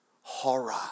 horror